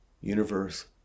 universe